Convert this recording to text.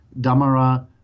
Damara